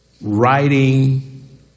writing